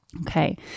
okay